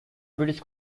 british